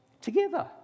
Together